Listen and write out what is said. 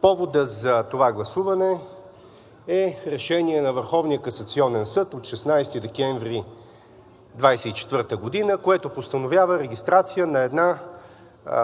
Поводът за това гласуване е Решение на Върховния касационен съд от 16 декември 2024 г., което постановява регистрация на една